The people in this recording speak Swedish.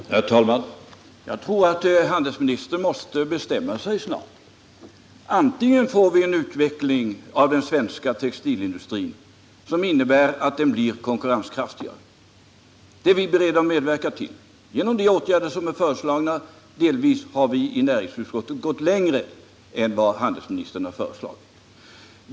Herr talman! Jag tror att handelsministern måste bestämma sig snart. En möjlighet är att vi får en utveckling av den svenska textilindustrin som innebär att den blir konkurrenskraftig. Det är vi beredda att medverka till genom de åtgärder som vi föreslagit — vi har i utskottet delvis gått längre än vad handelsministern gjort i sin proposition.